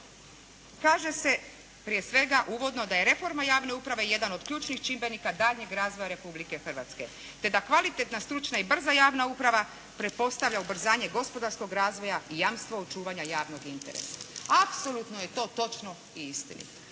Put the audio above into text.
Kaže se prije svega uvodno da je reforma javne uprave jedan od ključnih čimbenika daljnjeg razvoja Republike Hrvatske te da kvalitetna, stručna i brza javna uprava pretpostavlja ubrzanje gospodarskog razvoja i jamstvo očuvanja javnog interesa. Apsolutno je to točno i istinito.